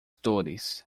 dores